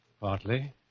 partly